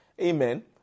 Amen